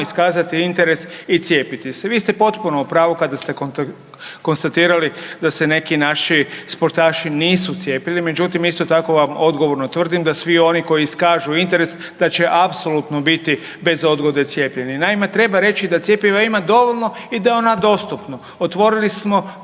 iskazati interes i cijepiti se. Vi ste potpuno u pravu kada ste konstatirali da se neki naši sportaši nisu cijepili, međutim isto tako vam odgovorno tvrdim da svi oni koji iskažu interes da će apsolutno biti bez odgode cijepljeni. Naime, treba reći da cjepiva ima dovoljno i da je ono dostupno. Otvorili smo